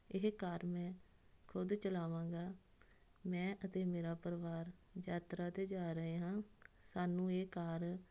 ਇਹ ਕਾਰ ਮੈਂ ਖੁਦ ਚਲਾਵਾਂਗਾ ਮੈਂ ਅਤੇ ਮੇਰਾ ਪਰਿਵਾਰ ਯਾਤਰਾ 'ਤੇ ਜਾ ਰਹੇ ਹਾਂ ਸਾਨੂੰ ਇਹ ਕਾਰ